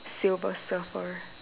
silver surfer